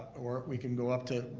or we can go up to,